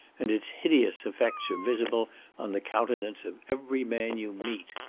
and its hideous effects are visible on the countenance of every man you meet.